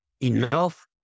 enough